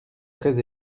très